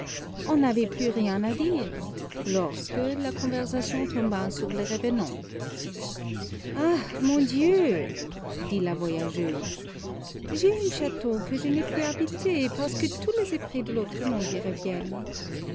on n'avait plus rien à dire lorsque la conversation tomba sur les revenans ah mon dieu dit la voyageuse j'ai un château que je ne peux habiter parce que tous les esprits de l'autre monde y reviennent